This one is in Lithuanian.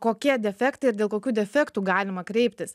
kokie defektai ir dėl kokių defektų galima kreiptis